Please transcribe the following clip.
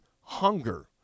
hunger